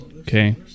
Okay